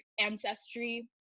ancestry